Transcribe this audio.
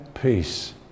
peace